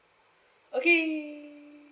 okay